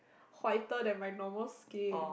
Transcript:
whiter than my normal skin